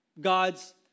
God's